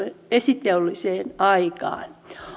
esiteolliseen aikaan